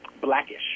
blackish